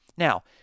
Now